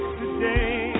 today